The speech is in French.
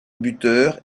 buteur